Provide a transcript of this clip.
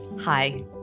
Hi